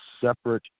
separate